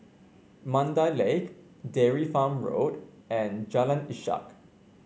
Mandai Lake Dairy Farm Road and Jalan Ishak